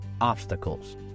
obstacles